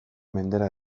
mendera